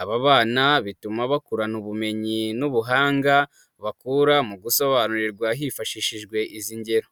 Aba bana bituma bakurana ubumenyi n'ubuhanga bakura mu gusobanurirwa hifashishijwe izi ngero.